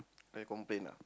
I complain ah